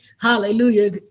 Hallelujah